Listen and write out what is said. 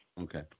Okay